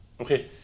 Okay